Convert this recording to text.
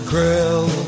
Grill